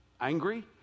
angry